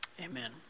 amen